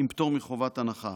עם פטור מחובת הנחה.